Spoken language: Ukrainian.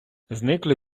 зникли